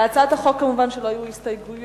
להצעת החוק יש הסתייגות,